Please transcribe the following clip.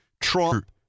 Trump